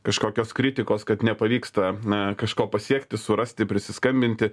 kažkokios kritikos kad nepavyksta na kažko pasiekti surasti prisiskambinti